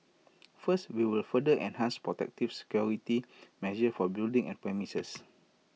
first we will further enhance protective security measures for buildings and premises